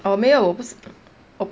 我没有